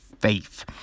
faith